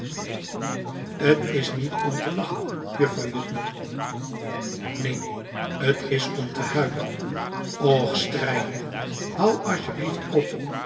t is niet om te lachen vrouw juttner neen t is om te huilen och strijkman hou as je blieft op